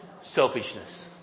Selfishness